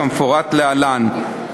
כמפורט להלן.